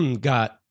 got